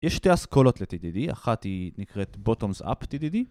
יש שתי אסכולות לTDD, אחת היא נקראת Bottoms-Up TDD